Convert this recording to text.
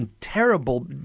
terrible